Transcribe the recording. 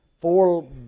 Four